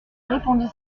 répondit